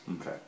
Okay